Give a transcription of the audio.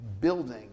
building